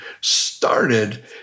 started